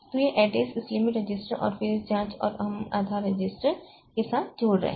तो यह एड्रेस इस लिमिट रजिस्टर और फिर इस जाँच और हम आधार रजिस्टर के साथ जोड़ रहे हैं